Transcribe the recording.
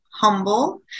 humble